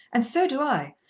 and so do i.